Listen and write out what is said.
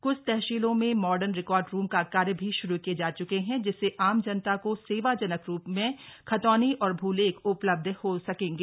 क्छ तहसीलों में मार्डन रिकार्ड रूम का कार्य भी श्रू किये जा च्के हैं जिससे आम जनता को सेवाजनक रूप में खतौनी और भूलेख उपलब्ध हो सकेंगे